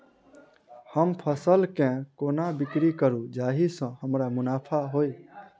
हम फसल केँ कोना बिक्री करू जाहि सँ हमरा मुनाफा होइ?